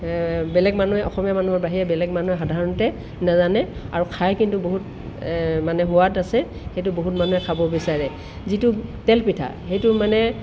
বেলেগ মানুহে অসমীয়া মানুহৰ বাহিৰে বেলেগ মানুহে সাধাৰণতে নাজানে আৰু খাই কিন্তু বহুত মানে সোৱাদ আছে সেইটো বহুত মানুহে খাব বিচাৰে যিটো তেলপিঠা সেইটো মানে